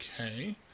Okay